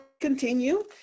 continue